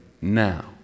now